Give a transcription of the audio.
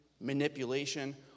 manipulation